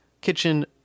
kitchen